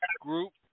Group